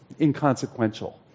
inconsequential